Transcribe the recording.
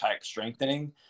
strengthening